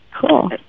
cool